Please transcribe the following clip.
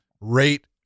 rate